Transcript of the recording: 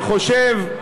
אני חושב,